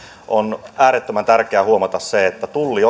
on äärettömän tärkeä huomata se että tulli